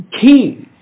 keys